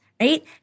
right